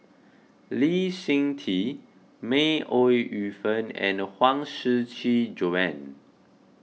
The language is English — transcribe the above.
Lee Seng Tee May Ooi Yu Fen and Huang Shiqi Joan